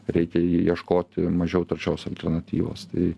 reikia ieškoti mažiau taršios alternatyvos tai